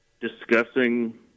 discussing